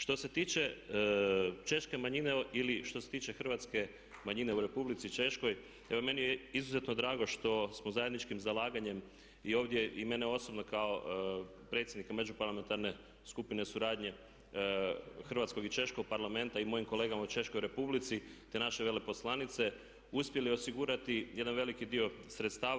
Što se tiče Češke manjine ili što se tiče hrvatske manjine u Republici Češkoj, evo meni je izuzetno drago što smo zajedničkim zalaganjem i ovdje i mene osobno kao predsjednika Međuparlamentarne skupine suradnje Hrvatskog i Češkog parlamenta i mojim kolegama u Češkoj Republici te naše veleposlanice uspjeli osigurati jedan veliki dio sredstava.